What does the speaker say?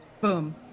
Boom